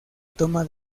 toma